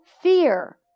fear